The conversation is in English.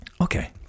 okay